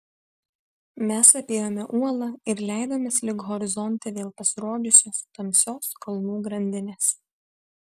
mes apėjome uolą ir leidomės link horizonte vėl pasirodžiusios tamsios kalnų grandinės